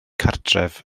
cartref